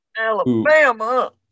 Alabama